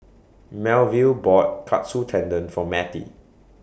Melville bought Katsu Tendon For Mattie